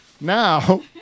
Now